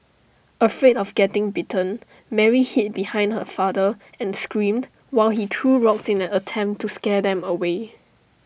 afraid of getting bitten Mary hid behind her father and screamed while he threw rocks in an attempt to scare them away